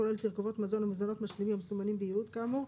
כולל תרכובות ומזונות משלימים מסומנים כאמור,